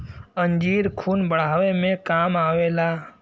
अंजीर खून बढ़ावे मे काम आवेला